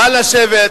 נא לשבת.